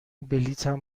بلیطم